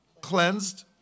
cleansed